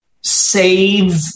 save